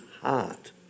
heart